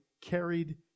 carried